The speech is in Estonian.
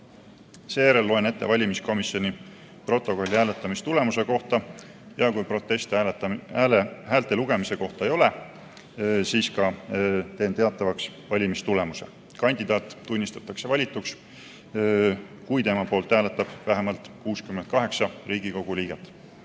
Seejärel loen ette valimiskomisjoni protokolli hääletamistulemuse kohta ja kui protesti häälte lugemise kohta ei ole, siis teen teatavaks valimistulemuse. Kandidaat tunnistatakse valituks, kui tema poolt hääletab vähemalt 68 Riigikogu liiget.